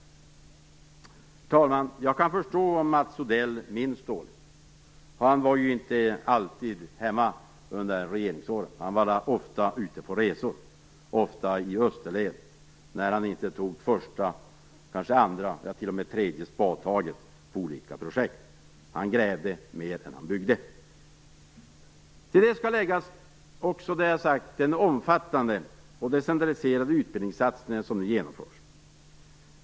Herr talman! Jag kan förstå om Mats Odell minns dåligt. Han var ju inte alltid hemma under regeringsåren. Han var ofta ute på resor, och ofta i österled, när har inte tog första, andra eller t.o.m. tredje spadtaget på olika projekt. Han grävde mer än han byggde. Till detta skall också läggas den omfattande och decentraliserade utbildningssatsning som nu genomförs.